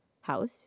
house